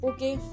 Okay